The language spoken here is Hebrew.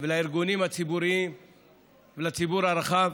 ולארגונים הציבוריים ולציבור הרחב.